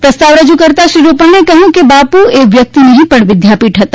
પ્રસ્તાવ રજૂ કરતાં શ્રી રૂપાણીએ કહ્યું હતું કે બાપુએ વ્યક્તિ નહીં પણ વિદ્યાપીઠ હતા